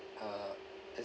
uh as